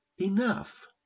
enough